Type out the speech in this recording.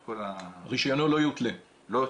כל --- רישיונו לא יותלה,